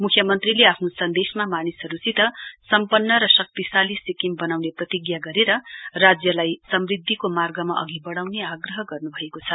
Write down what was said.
मुख्यमन्त्रीले आफ्नो सन्देसमा मानिसहरूसित सम्पन्न र शक्तिशाली सिक्किम बनाउने प्रतिज्ञा गरेर राज्यलाई समृद्धिको मार्गमा अघि बढाउने आग्रह गर्नु भएको छ